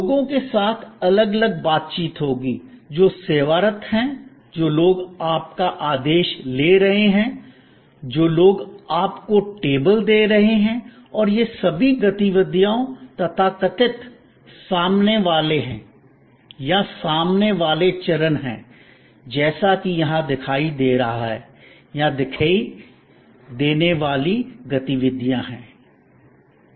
लोगों के साथ अलग अलग बातचीत होगी जो सेवारत हैं जो लोग आपका आदेश ले रहे हैं जो लोग आपको टेबल दे रहे हैं और ये सभी गतिविधियां तथाकथित सामने वाले या सामने वाले चरण हैं जैसा कि यहां दिखाई दे रहा है या दिखाई देने वाली गतिविधियां हैं